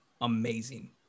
amazing